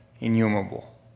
innumerable